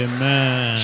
Amen